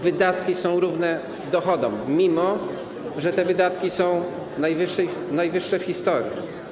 Wydatki są równe dochodom, mimo że te wydatki są najwyższe w historii.